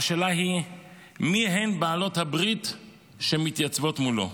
השאלה היא מיהן בעלות הברית שמתייצבות מולו.